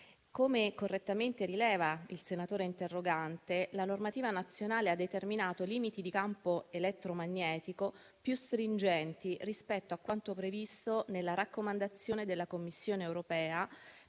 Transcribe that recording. Come correttamente rileva il senatore interrogante, la normativa nazionale ha determinato limiti di campo elettromagnetico più stringenti rispetto a quanto previsto nella raccomandazione della Commissione europea